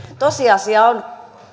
tosiasia on